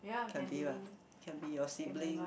can be [what] can be your sibling